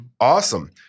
Awesome